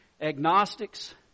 agnostics